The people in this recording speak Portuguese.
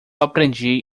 aprendi